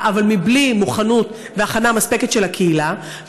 אבל בלי מוכנות והכנה מספקת של הקהילה,